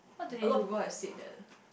a lot people have said that lah